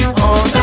on